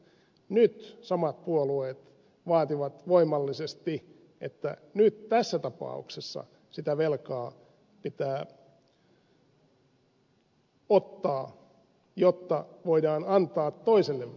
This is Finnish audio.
nyt samat puolueet vaativat voimallisesti että nyt tässä tapauksessa sitä velkaa pitää ottaa jotta voidaan antaa toiselle velkaa